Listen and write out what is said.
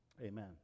amen